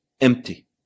empty